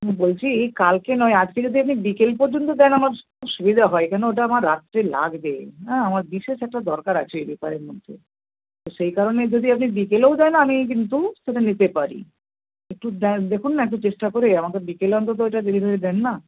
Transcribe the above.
বলছি কালকে নয় আজকে যদি আপনি বিকেল পর্যন্ত দেন আমার সুবিধা হয় কেন ওটা আমার রাত্রে লাগবে হ্যাঁ আমার বিশেষ একটা দরকার আছে ওই পেপারের মধ্যে তো সেই কারণেই যদি আপনি বিকেলেও দেন আমি কিন্তু সেটা নিতে পারি একটু দেখুন না একটু চেষ্টা করে আমাকে বিকেলে অন্তত ওইটা ডেলিভারি দিন না